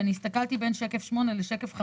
הסתכלתי בין שקף 8 לשקף 15,